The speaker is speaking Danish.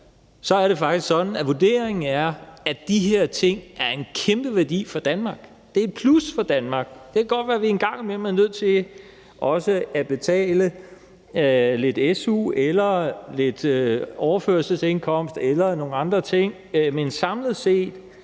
set er det faktisk sådan, at vurderingen er, at de her ting er en kæmpe værdi for Danmark. Det er et plus for Danmark. Det kan godt være, vi en gang imellem er nødt til også at betale lidt su eller lidt overførselsindkomst eller nogle andre ting. Men samlet set